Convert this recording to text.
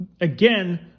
again